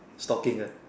stalking uh